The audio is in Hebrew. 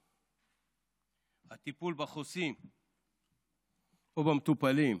הטיפול בחוסים או במטופלים,